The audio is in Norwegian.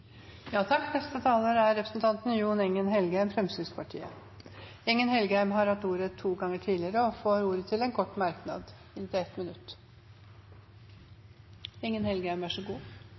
Representanten Jon Engen-Helgheim har hatt ordet to ganger tidligere og får ordet til en kort merknad, begrenset til 1 minutt.